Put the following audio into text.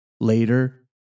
Later